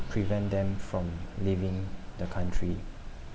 prevent them from leaving the country